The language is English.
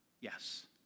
Yes